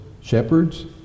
shepherds